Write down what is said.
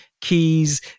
keys